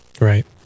Right